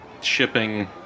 shipping